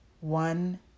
One